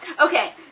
Okay